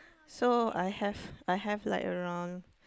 so I have I have like around